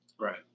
Right